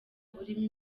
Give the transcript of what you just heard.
urimo